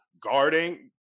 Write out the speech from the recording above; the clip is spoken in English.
guarding